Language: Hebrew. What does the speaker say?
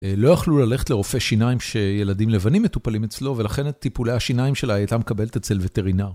לא יכלו ללכת לרופא שיניים שילדים לבנים מטופלים אצלו ולכן את טיפולי השיניים שלה הייתה מקבלת אצל וטרינר.